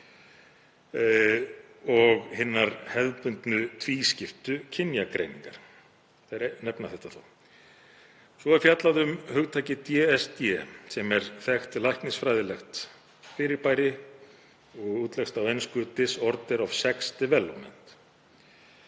Hinar hefðbundnu tvískiptu kynjagreiningar eru þó nefndar. Svo er fjallað um hugtakið DSD, sem er þekkt læknisfræðilegt fyrirbæri sem útleggst á ensku „disorder of sex development“,